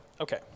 okay